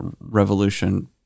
Revolution